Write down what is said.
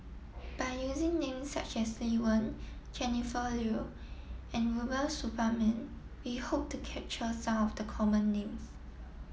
by using names such as Lee Wen Jennifer Yeo and Rubiah Suparman we hope to capture some of the common names